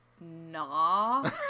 nah